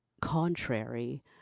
contrary